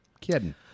kidding